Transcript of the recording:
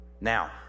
Now